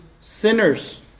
sinners